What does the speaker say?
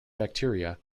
bacteria